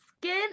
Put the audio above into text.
skin